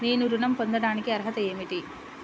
నేను ఋణం పొందటానికి అర్హత ఏమిటి?